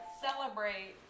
celebrate